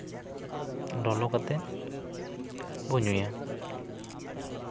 ᱞᱚᱞᱚ ᱠᱟᱛᱮᱜ ᱵᱚᱱ ᱧᱩᱭᱟ